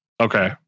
Okay